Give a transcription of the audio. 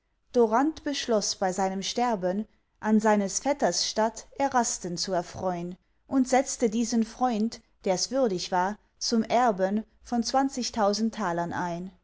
beschloß bei seinem sterben an seines vetters statt erasten zu erfreun und setzte diesen freund ders würdig war zum erben von zwanzigtausend talern ein